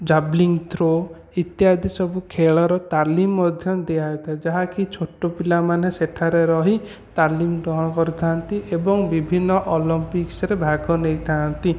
javelin throw ଇତ୍ୟାଦି ସବୁ ଖେଳର ତାଲିମ୍ ମଧ୍ୟ ଦିଆହେଇଥାଏ ଯାହାକି ଛୋଟ ପିଲାମାନେ ସେଠାରେ ରହି ତାଲିମ୍ ଗ୍ରହଣ କରିଥାନ୍ତି ଏବଂ ବିଭିନ୍ନ ଅଲ୍ମ୍ପିକ୍ସ୍ରେ ଭାଗ ନେଇଥାନ୍ତି